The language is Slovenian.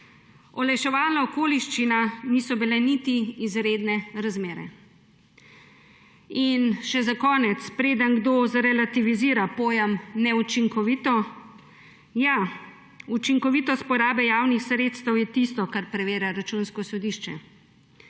Olajševalna okoliščina niso bile niti izredne razmere. Za konec. Preden kdo zrelativizira pojem neučinkovito – ja, učinkovitost porabe javnih sredstev je tisto, kar preverja Računsko sodišče,